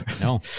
No